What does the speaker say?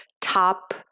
top